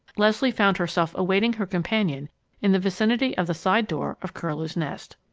leslie found herself awaiting her companion in the vicinity of the side door of curlew's nest.